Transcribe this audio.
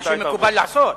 מה שמקובל לעשות.